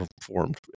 performed